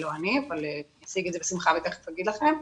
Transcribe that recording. אבל אני אשיג את זה בשמחה רבה ותיכף אגיד לכם.